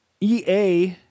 EA